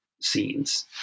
scenes